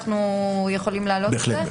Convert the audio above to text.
בוקר טוב לכולם,